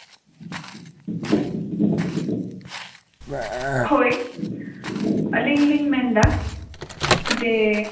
ᱦᱳᱭ ᱟᱞᱤᱧ ᱞᱤᱧ ᱢᱮᱱᱫᱟ ᱡᱮ